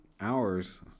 hours